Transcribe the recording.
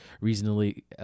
reasonably